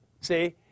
See